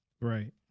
Right